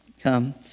come